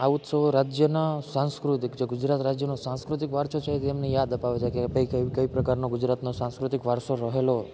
આ ઉત્સવો રાજ્યના સાંસ્કૃતિક જે ગુજરાત રાજ્યનો સાંસ્કૃતિક વારસો છે તેમની યાદ અપાવે છે કે ભાઈ કઈ કઈ પ્રકારનો ગુજરાતનો સાંસ્કૃતિક વારસો રહેલો